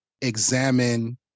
examine